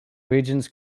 regions